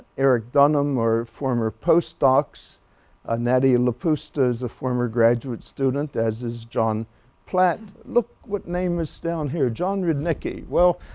eric dunham or former postdocs ah nadia lapusta is a former graduate student as is john platt. look what name is down here john rudnicki. well,